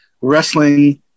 wrestling